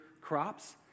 crops